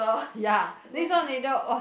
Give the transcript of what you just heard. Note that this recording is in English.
ya next door